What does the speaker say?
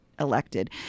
elected